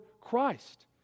Christ